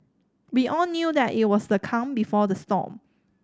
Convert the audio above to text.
we all knew that it was the calm before the storm